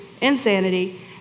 insanity